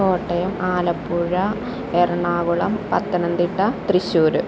Kottayam Alappuzha Ernakulam Pathanamthitta Thrissur